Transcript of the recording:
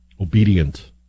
obedient